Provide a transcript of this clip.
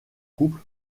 couple